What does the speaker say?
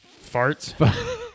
Farts